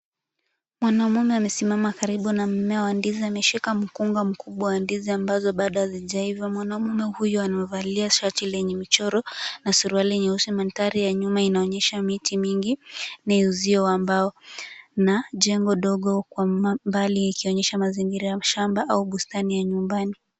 Mwanamume amesimama karibu na mmea wa ndizi, ameshika mkunga mkubwa wa ndizi ambazo bado hazijaiva. Mwanamume huyu amevalia shati lenye michoro na suruali nyeusi. Mandhari ya nyuma inaonyesha miti nyingi, ni uzio wa mbao na jengo ndogo kwa mbali ikionyesha mazingira ya shamba au bustani ya nyumbani.